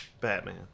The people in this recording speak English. Batman